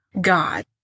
God